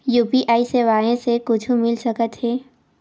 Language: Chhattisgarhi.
यू.पी.आई सेवाएं से कुछु मिल सकत हे?